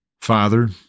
father